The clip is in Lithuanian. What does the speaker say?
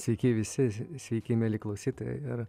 sveiki visi sveiki mieli klausytojai ir